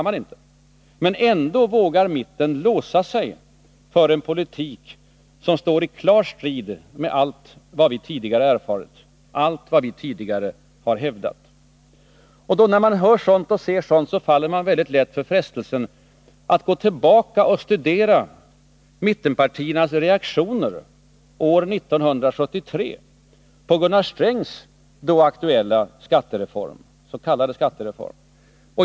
Men ändå vågar mitten låsa sig för en politik som står i klar strid med allt vad vi tidigare erfarit, allt vad vi tidigare hävdat. När man hör och ser sådant faller man lätt för frestelsen att gå tillbaka och studera mittens reaktioner år 1973 på Gunnar Strängs då aktuella s.k. skattereform.